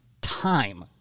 time